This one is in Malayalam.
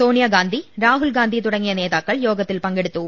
സോണിയാഗാന്ധി രാഹുൽഗാന്ധി തുടങ്ങിയ നേതാക്കൾ യോഗ ത്തിൽ പങ്കെടുത്തു